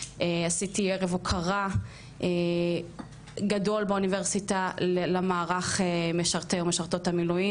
עשיתי ערב הוקרה גדול באוניברסיטה למערך משרתי ומשרתות המילואים